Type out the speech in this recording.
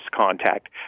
contact